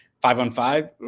Five-on-five